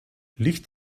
licht